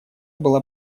была